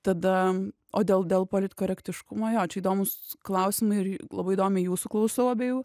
tada o dėl dėl politkorektiškumo jo čia įdomūs klausimai ir labai įdomiai jūsų klausau abiejų